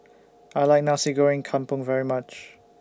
I like Nasi Goreng Kampung very much